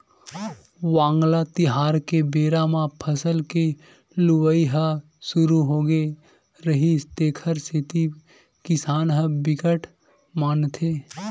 वांगला तिहार के बेरा म फसल के लुवई ह सुरू होगे रहिथे तेखर सेती किसान ह बिकट मानथे